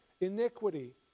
iniquity